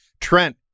Trent